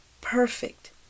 perfect